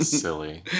silly